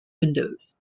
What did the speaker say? windows